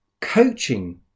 coaching